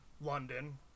London